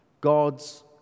God's